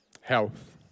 health